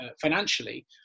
financially